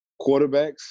quarterbacks